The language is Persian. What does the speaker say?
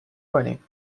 کنیم